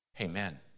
Amen